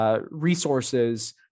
resources